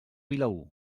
vilaür